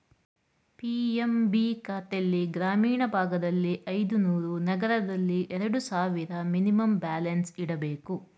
PMB ಖಾತೆಲ್ಲಿ ಗ್ರಾಮೀಣ ಭಾಗದಲ್ಲಿ ಐದುನೂರು, ನಗರದಲ್ಲಿ ಎರಡು ಸಾವಿರ ಮಿನಿಮಮ್ ಬ್ಯಾಲೆನ್ಸ್ ಇಡಬೇಕು